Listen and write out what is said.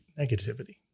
negativity